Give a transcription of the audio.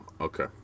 okay